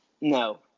No